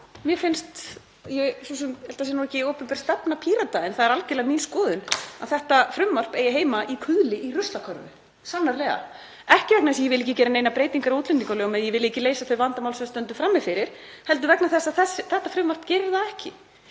forseti. Já, ég held að það sé svo sem ekki opinber stefna Pírata en það er algerlega mín skoðun að þetta frumvarp eigi heima í kuðli í ruslakörfu, sannarlega. Það er ekki vegna þess að ég vilji ekki gera neinar breytingar á útlendingalögum eða ég vilji ekki leysa þau vandamál sem við stöndum frammi fyrir heldur vegna þess að þetta frumvarp gerir það ekki.